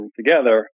together